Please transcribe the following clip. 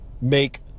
make